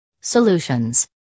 Solutions